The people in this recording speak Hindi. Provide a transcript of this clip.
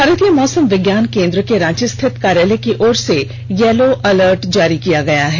भारतीय मौसम विज्ञान केंद्र के रांची स्थित कार्यालय की ओर से यलो अलर्ट जारी किया गया है